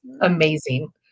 amazing